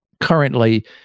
currently